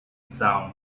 sound